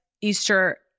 Easter